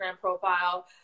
profile